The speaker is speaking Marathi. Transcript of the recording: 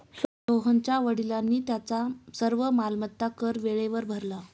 सोहनच्या वडिलांनी त्यांचा सर्व मालमत्ता कर वेळेवर भरला